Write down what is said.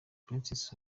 princess